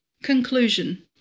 Conclusion